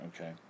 okay